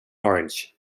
orange